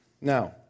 Now